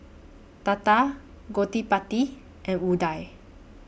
Tata Gottipati and Udai